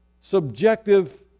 subjective